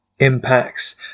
impacts